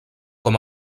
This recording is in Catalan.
com